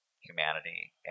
humanity